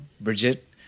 Bridget